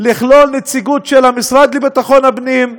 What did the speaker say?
לכלול נציגות של המשרד לביטחון פנים,